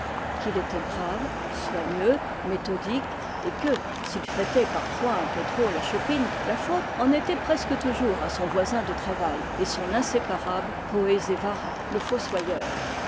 qu'il était grave soigneux méthodique et que s'il fêtait parfois un peu trop la chopine la faute en était presque toujours à son voisin de travail et son inséparable poézévara le fossoyeur